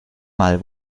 mal